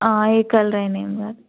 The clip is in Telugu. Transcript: ఏ కలర్ అయిన ఏమి కాదు